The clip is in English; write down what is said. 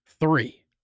three